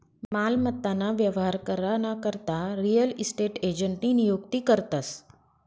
मालमत्ता ना व्यवहार करा ना करता रियल इस्टेट एजंटनी नियुक्ती करतस